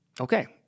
Okay